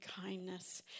kindness